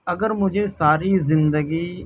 اگر مجھے ساری زندگی